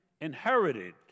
inherited